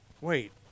Wait